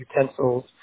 utensils